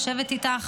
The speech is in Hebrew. לשבת איתך,